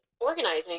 organizing